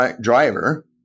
driver